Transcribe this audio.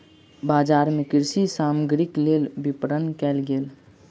बजार मे कृषि सामग्रीक लेल विपरण कयल गेल